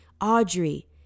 Audrey